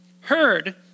heard